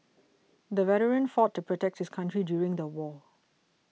the veteran fought to protect his country during the war